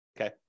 okay